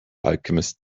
alchemist